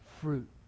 fruit